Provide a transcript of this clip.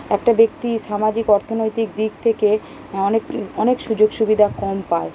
একটা ব্যক্তি সামাজিক অর্থনেতিক দিক থেকে অনেক অনেক সুযোগ সুবিধা কম পায়